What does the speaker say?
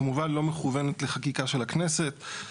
כמובן לא מכוונת לחקיקה של הכנסת,